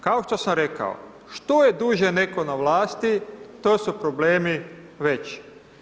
Kao što sam rekao, što je duže netko na vlasti, to su problemi veći.